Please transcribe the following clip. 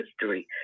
history